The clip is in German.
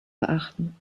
beachten